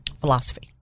Philosophy